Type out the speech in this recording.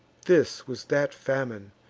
this was that famine,